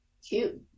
Cute